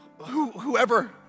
whoever